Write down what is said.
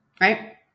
right